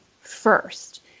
first